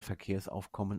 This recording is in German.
verkehrsaufkommen